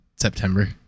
September